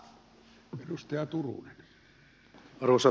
arvoisa puhemies